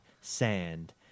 Sand